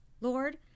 Lord